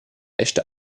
echte